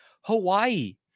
Hawaii